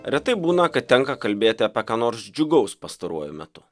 retai būna kad tenka kalbėti apie ką nors džiugaus pastaruoju metu